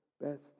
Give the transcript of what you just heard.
best